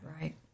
Right